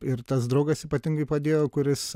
ir tas draugas ypatingai padėjo kuris